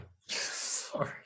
Sorry